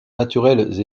naturelles